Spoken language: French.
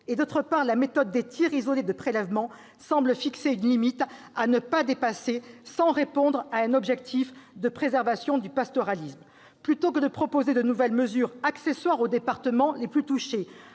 -et, d'autre part, la méthode des tirs isolés de prélèvement semble fixer une limite à ne pas dépasser sans répondre à un objectif de préservation du pastoralisme. Plutôt que de proposer de nouvelles mesures accessoires aux départements les plus touchés,